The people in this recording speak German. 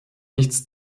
nichts